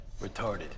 retarded